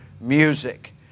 music